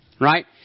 right